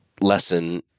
lesson